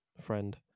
friend